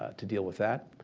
ah to deal with that.